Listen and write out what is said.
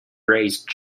raised